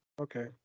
Okay